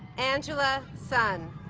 angela sun